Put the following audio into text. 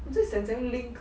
我在想怎样 link